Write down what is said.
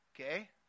okay